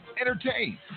entertain